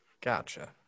Gotcha